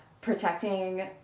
protecting